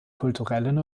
kulturellen